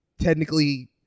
technically